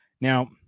Now